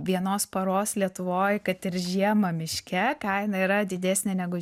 vienos paros lietuvoj kad ir žiemą miške kaina yra didesnė negu